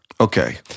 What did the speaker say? Okay